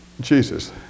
Jesus